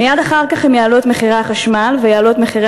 מייד אחר כך הם יעלו את מחירי החשמל ויעלו את מחירי